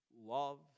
love